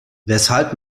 weshalb